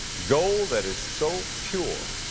gold that is so pure,